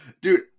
Dude